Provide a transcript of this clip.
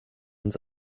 uns